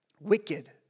wicked